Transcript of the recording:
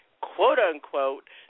quote-unquote